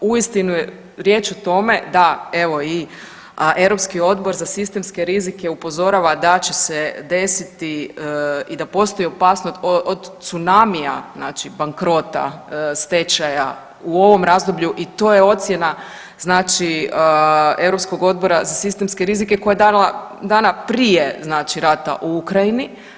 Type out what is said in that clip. Uistinu je riječ o tome da evo i Europski odbor za sistemske rizike upozorava da će se desiti i da postoji opasnost od tsunamija znači bankrota stečaja u ovom razdoblju i to je ocjena znači Europskog odbora za sistemske rizike koja je dana, dana prije znači rata u Ukrajini.